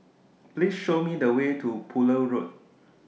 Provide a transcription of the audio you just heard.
Please Show Me The Way to Poole Road